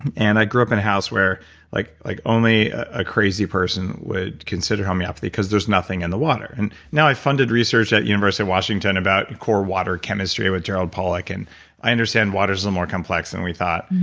and i grew up in a house where like like only a crazy person would consider homeopathy because there's nothing in the water and now, i've funded research at university of washington about core water chemistry with jared polluck and i understand water's more complex than we thought